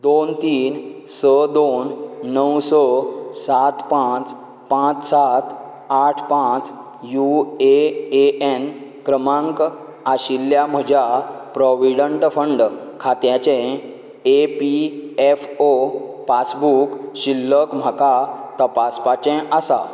दोन तीन स दोन णव स सात पांच पांच सात आठ पांच यू ए ए एन क्रमांक आशिल्ल्या म्हज्या प्रॉव्हीडंट फंड खात्याचें E P F O passbook शिल्लक म्हाका तपासपाचें आसा